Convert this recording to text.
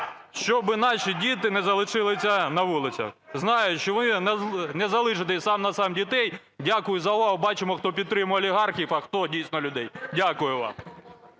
щоб наші діти не залишилися на вулицях. Знаю, що ви не залишите сам на сам дітей. Дякую за увагу. Бачимо, хто підтримує олігархів, а хто дійсно людей. Дякую вам.